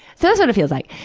that's what it feels like.